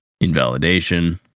invalidation